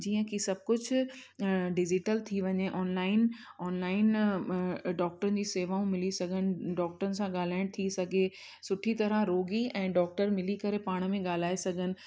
जीअं कि सभु कुझु डिजिटल थी वञे ऑनलाइन ऑनलाइन डॉक्टरनि जी सेवाऊं मिली सघनि डॉक्टरनि सां ॻाल्हाइण थी सघे सुठी तरह रोगी ऐं डॉक्टर मिली करे पाण में ॻाल्हाए सघनि